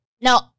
no